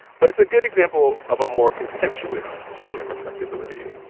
but it's a good example of a more contemptuous strain of respectability.